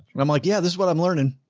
i'm like, yeah, this is what i'm learning.